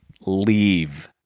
Leave